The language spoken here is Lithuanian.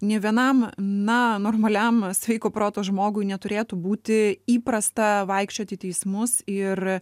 nė vienam na normaliam sveiko proto žmogui neturėtų būti įprasta vaikščiot į teismus ir